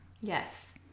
Yes